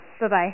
Bye-bye